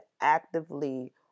actively